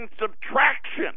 subtraction